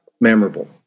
memorable